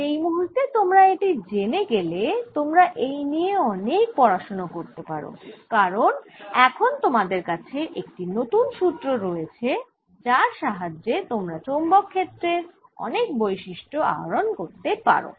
যেই মুহূর্তে তোমরা এটি জেনে গেলে তোমরা এই নিয়ে অনেক পড়াশুনো করতে পারো কারণ এখন তোমাদের কাছে একটি নতুন সুত্র রয়েছে যার সাহায্যে তোমরা চৌম্বক ক্ষেত্রের অনেক বৈশিষ্ট আহরণ করতে পারো